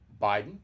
Biden